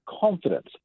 confidence